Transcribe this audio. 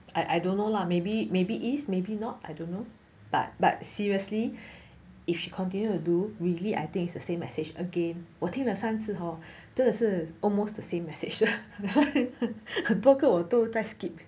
I I don't know lah maybe maybe is maybe not I don't know but but seriously if she continued to do really I think it's the same message again 我听了三次 hor 真的是 almost the same message 很多个我都在 skip